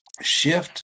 shift